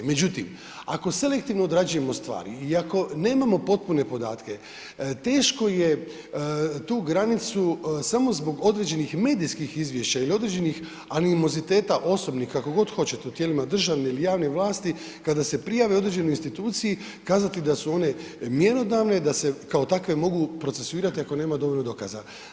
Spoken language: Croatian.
Međutim, ako selektivno odrađujemo stvari i ako nemamo potpune podatke, teško je tu granicu samo zbog određenih medijskih izvješća ili određenih animoziteta osobnih, kako god hoćete, u tijelima državne ili javne vlasti, kada se prijave određenoj instituciji, kazati da su one mjerodavne, da se, kao takve, mogu procesuirati ako nema dovoljno dokaza.